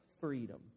Freedom